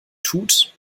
tut